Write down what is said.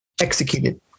executed